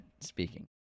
speaking